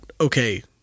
okay